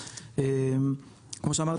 כמו שאמרת,